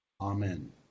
amen